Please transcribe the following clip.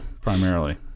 primarily